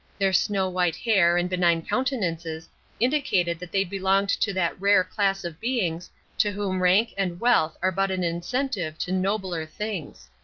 their snow-white hair and benign countenances indicated that they belonged to that rare class of beings to whom rank and wealth are but an incentive to nobler things.